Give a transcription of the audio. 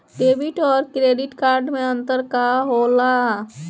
Debit और credit card मे अंतर का होला?